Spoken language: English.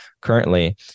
currently